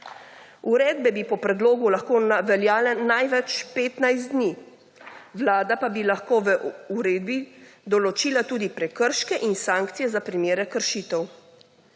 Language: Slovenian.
Uredbe bi po predlogu lahko veljale največ 15 dni. Vlada pa bi lahko v uredbi določila tudi prekrške in sankcije za primere kršitev.